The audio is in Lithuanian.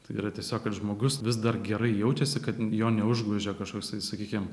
tai yra tiesiog kad žmogus vis dar gerai jaučiasi kad jo neužgožia kažkoks tai sakykim